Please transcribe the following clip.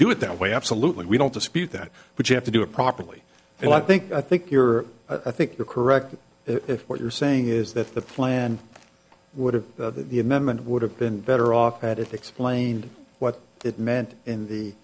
do it that way absolutely we don't dispute that but you have to do it properly and i think i think you're i think you're correct if what you're saying is that the plan would have the amendment would have been better off had it explained what it meant in the